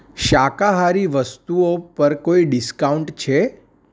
શાકાહારી વસ્તુઓ પર કોઈ ડિસ્કાઉન્ટ છે